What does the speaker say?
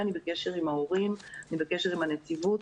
אני בקשר עם ההורים, אני בקשר עם הנציבות.